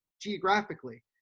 geographically